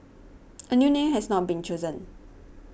a new name has not been chosen